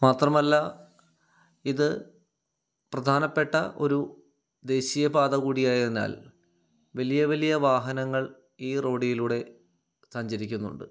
മാത്രമല്ല ഇത് പ്രധാനപ്പെട്ട ഒരു ദേശീയ പാത കൂടി ആയതിനാൽ വലിയ വലിയ വാഹനങ്ങൾ ഈ റോഡിലൂടെ സഞ്ചരിക്കുന്നുണ്ട്